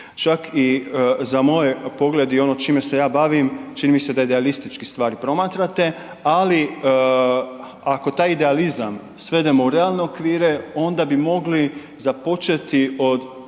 čak i za moj pogled i ono čime se ja bavim, čini mi se da idealistički stvari promatrate, ali ako taj idealizam svedemo u realne okvire onda bi mogli započeti od